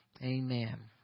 amen